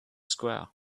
square